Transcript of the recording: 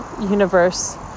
universe